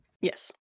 Yes